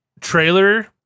trailer